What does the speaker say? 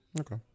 Okay